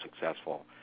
successful